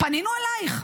פנינו אליך?